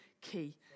key